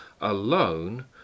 alone